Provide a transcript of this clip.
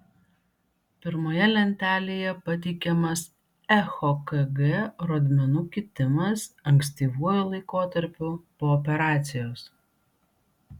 pirmoje lentelėje pateikiamas echokg rodmenų kitimas ankstyvuoju laikotarpiu po operacijos